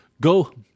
Go